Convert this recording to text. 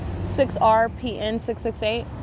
6RPN668